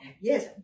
Yes